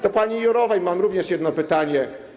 Do pani Jourovej mam również jedno pytanie.